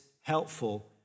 helpful